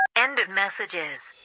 end of messages